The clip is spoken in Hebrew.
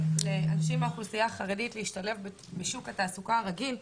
לאנשים מהאוכלוסייה החרדית להשתלב בשוק התעסוקה הרגיל,